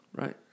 Right